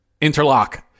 Interlock